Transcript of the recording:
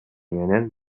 менен